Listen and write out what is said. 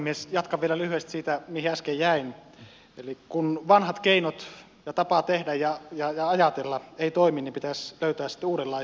jatkan vielä lyhyesti siitä mihin äsken jäin eli kun vanhat keinot ja tapa tehdä ja ajatella eivät toimi niin pitäisi löytää sitten uudenlaisia